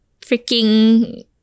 freaking